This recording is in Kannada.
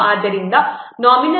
ಆದ್ದರಿಂದ ನಾಮಿನಲ್ ಎಫರ್ಟ್ನನ್ನು 2